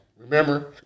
Remember